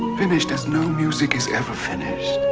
finished as no music is ever finished